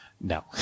No